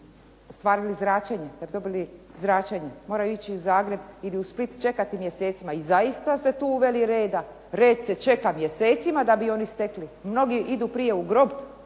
ostvarili zračenje, moraju ići u Zagreb ili Split i čekati mjesecima. I zaista ste tu uveli reda. Red se čeka mjesecima da bi oni stekli. Mnogi idu prije u grob